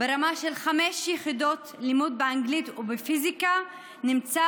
ברמה של חמש יחידות לימוד באנגלית ובפיזיקה נמצא